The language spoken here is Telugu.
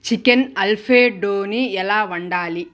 చికెన్ అల్ఫెడోని ఎలా వండాలి